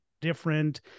different